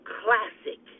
classic